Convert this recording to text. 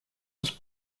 was